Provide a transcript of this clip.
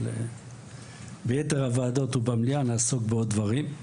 אבל ביתר הוועדות או במליאה נעסוק בעוד דברים.